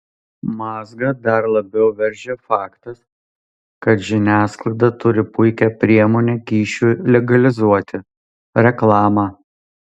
mazgą dar labiau veržia faktas kad žiniasklaida turi puikią priemonę kyšiui legalizuoti reklamą